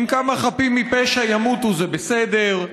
אם כמה חפים מפשע ימותו זה בסדר,